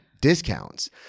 discounts